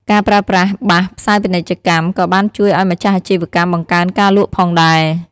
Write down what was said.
ការប្រើប្រាស់បាសផ្សាយពាណិជ្ជកម្មក៏បានជួយឱ្យម្ចាស់អាជីវកម្មបង្កើនការលក់ផងដែរ។